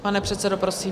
Pane předsedo, prosím.